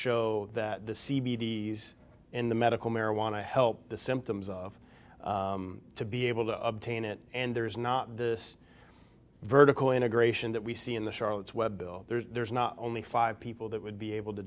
show that the c b d in the medical marijuana helped the symptoms of to be able to obtain it and there is not this vertical integration that we see in the charlotte's web there's not only five people that would be able to